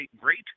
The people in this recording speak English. great